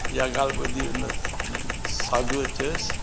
इहा ॻाल्हि ॿुधी हुन साधूअ चयुसि